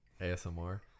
ASMR